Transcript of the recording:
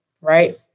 right